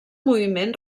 moviment